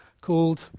called